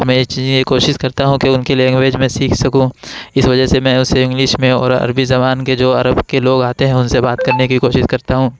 اور میں یہ چیزیں یہ کوشش کرتا ہوں کہ ان کی لینگویج میں سیکھ سکوں اس وجہ سے میں اسے انگلش میں اور عربی زبان کے جو عرب کے لوگ آتے ہیں ان سے بات کرنے کی کوشش کرتا ہوں